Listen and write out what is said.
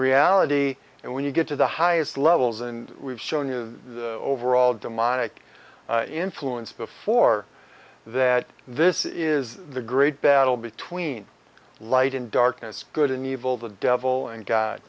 reality and when you get to the highest levels and we've shown you the overall demonic influence before that this is the great battle between light and darkness good and evil the devil and god